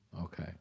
Okay